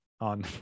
on